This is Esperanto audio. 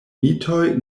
mitoj